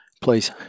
please